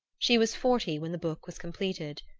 she was forty when the book was completed.